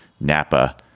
NAPA